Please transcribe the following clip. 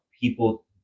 people